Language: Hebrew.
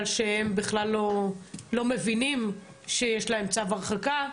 שהם בכלל לא מבינים שיש להם צו הרחקה,